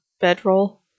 bedroll